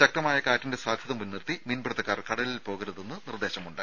ശക്തമായ കാറ്റിന്റെ സാധ്യത മുൻനിർത്തി മീൻപിടുത്തക്കാർ കടലിൽ പോകരുതെന്ന് നിർദേശമുണ്ട്